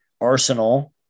Arsenal